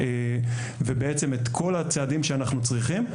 ובעצם את כל הצעדים שאנחנו צריכים.